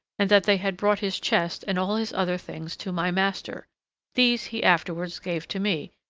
and that they had brought his chest, and all his other things, to my master these he afterwards gave to me,